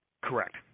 Correct